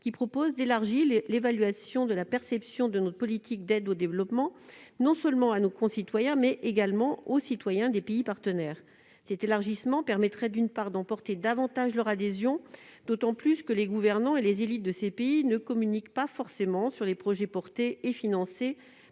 qui vise à élargir l'évaluation de la perception de notre politique d'aide au développement, non seulement par nos concitoyens mais également par les populations des pays partenaires. Cet élargissement permettrait d'emporter davantage leur adhésion, d'autant que les gouvernants et les élites de ces pays ne communiquent pas forcément sur les projets portés et financés